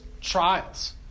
trials